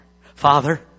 Father